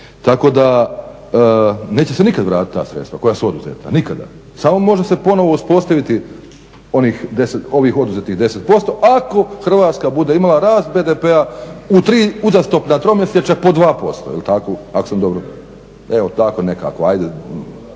Tako da neće se nikad vratiti ta sredstva koja su oduzeta samo može se ponovno uspostaviti ovih oduzetih 10% ako Hrvatska bude imala rast BDP-a u tri uzastopna tromjesečja po 2% jel tako ako sam dobro, eto tako nekako. Kad